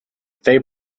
they